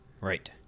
Right